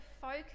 focus